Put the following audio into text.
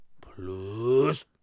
plus